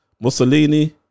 Mussolini